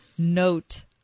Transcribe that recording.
Note